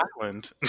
island